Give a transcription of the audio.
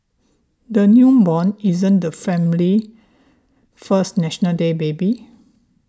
the newborn isn't the family's first National Day baby